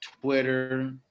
Twitter